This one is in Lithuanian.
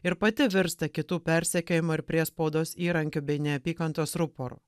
ir pati virsta kitų persekiojimo ir priespaudos įrankiu bei neapykantos ruporu